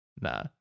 nah